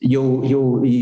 jau jau į